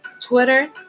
Twitter